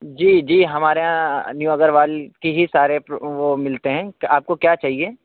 جی جی ہمارے یہاں نیو اگروال کی ہی سارے پرو وہ ملتے ہیں آپ کو کیا چاہیے